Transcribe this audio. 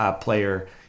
player